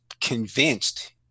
convinced